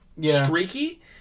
streaky